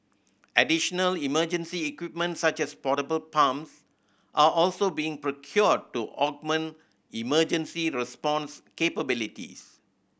additional emergency equipment such as portable pumps are also being procured to augment emergency response capabilities